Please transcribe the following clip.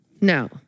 no